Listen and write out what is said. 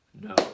No